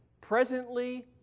presently